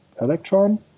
Electron